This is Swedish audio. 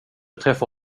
träffa